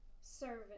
servant